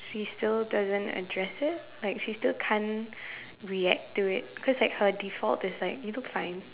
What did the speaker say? she still doesn't address it like she still can't react to it cause like her default is like you look fine